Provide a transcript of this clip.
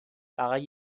فقط